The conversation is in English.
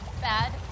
bad